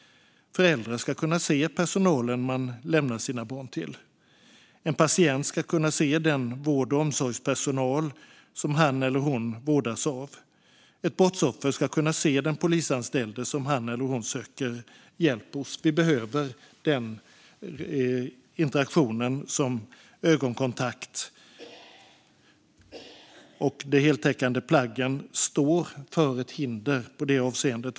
Föräldrar ska kunna se personalen de lämnar sina barn till. En patient ska kunna se den vård och omsorgspersonal som han eller hon vårdas av. Ett brottsoffer ska kunna se den polisanställde som han eller hon söker hjälp hos. Vi behöver den interaktion som ögonkontakt ger. De heltäckande plaggen står för ett hinder i det avseendet.